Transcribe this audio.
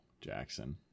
Jackson